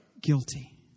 guilty